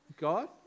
God